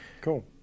Cool